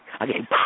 Okay